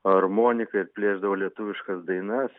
armoniką ir plėšdavo lietuviškas dainas